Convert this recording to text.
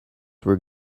were